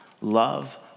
Love